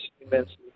immensely